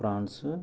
prawns